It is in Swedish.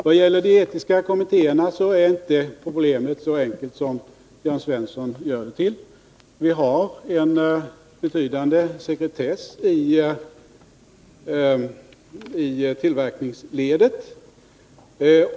Vad gäller de etiska kommittéerna är inte problemet så enkelt som Jörn Nr 28 Svensson gör det. Det är en betydande sekretess i tillverkningsledet.